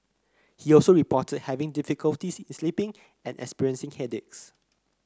he also reported having difficulty sleeping and experiencing headaches